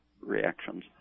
reactions